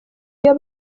iyo